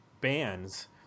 bands